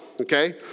Okay